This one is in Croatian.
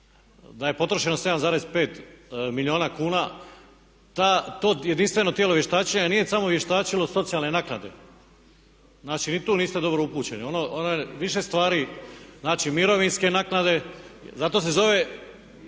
da je potrošeno 7,5 milijuna kuna to jedinstveno tijelo vještačenja nije samo vještačilo socijalne naknade. Znači ni tu niste dobro upućeni. Ono više stvari znači mirovinske naknade, zato se zove,